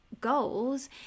goals